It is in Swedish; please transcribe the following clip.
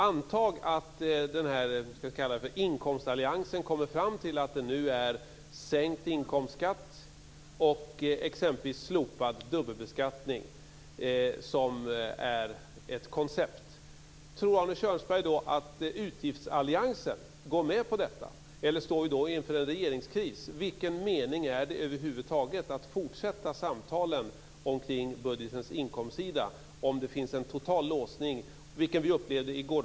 Antag att den här inkomstalliansen kommer fram till att det nu är sänkt inkomstskatt och exempelvis slopad dubbelbeskattning som är ett koncept. Tror Arne Kjörnsberg då att utgiftsalliansen går med på detta, eller står vi inför en regeringskris? Vilken mening är det över huvud taget att fortsätta samtalen omkring budgetens inkomstsida om det finns en total låsning i dessa frågor?